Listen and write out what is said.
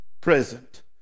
present